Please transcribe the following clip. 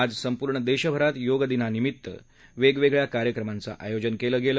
आज संपूर्ण देशभरात योगदिनानिमित्त वेगवेगळया कार्यक्रमाचं आयोजन केलं गेलं